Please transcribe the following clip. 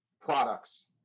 products